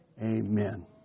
amen